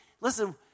Listen